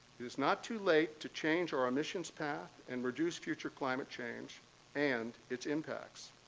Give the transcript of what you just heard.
it is not too late to change our emissions path and reduce future climate change and its impacts.